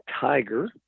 tiger